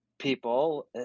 people